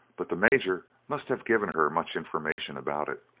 but the major must have given her much information about it,